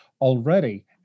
already